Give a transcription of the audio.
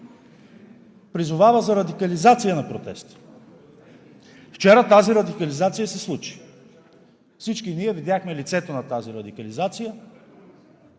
призовава за радикализация на протеста. Вчера тази радикализация се случи. Всички ние видяхме лицето на тази радикализация